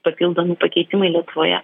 papildomi pakeitimai lietuvoje